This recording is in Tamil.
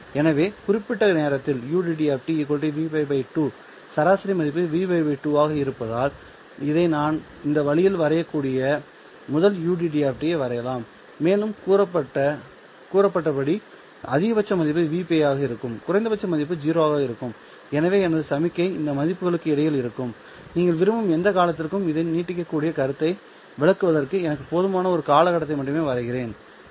ஆகவே இந்த குறிப்பிட்ட நேரத்தில் ud Vπ 2 சராசரி மதிப்பு Vπ 2 ஆக இருப்பதால் இதை நான் இந்த வழியில் வரையக்கூடிய முதல் ud ஐ வரையலாம் மேலும் கூறப்பட்டபடி அதிகபட்ச மதிப்பு Vπ ஆக இருக்கும் குறைந்தபட்ச மதிப்பு 0 ஆக இருக்கும் எனவே எனது சமிக்ஞை இந்த மதிப்புகளுக்கு இடையில் இருக்கும் நீங்கள் விரும்பும் எந்த காலத்திற்கும் இதை நீட்டிக்கக்கூடிய கருத்தை விளக்குவதற்கு எனக்கு போதுமான ஒரு காலகட்டத்தை மட்டுமே வரைகிறேன்